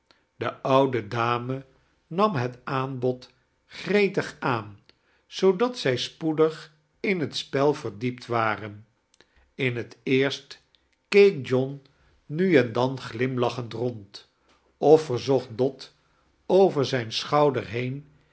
de oude dame nam het aanbod gre-tdg aan zoodat zij spoedig in het spel verdiept waxen in he eerst keek john nu en dan glimlafihemd rond of verzocht dot over zijn schouder heen